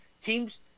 teams